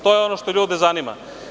To je ono što ljude zanima.